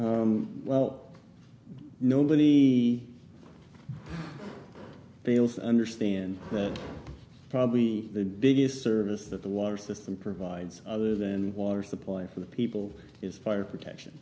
ok well nobody bails understand that probably the biggest service that the water system provides other than water supply for the people is fire protection